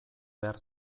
behar